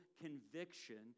conviction